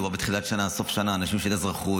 מדובר בתחילת שנה, סוף שנה, הנושאים של האזרחות.